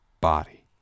body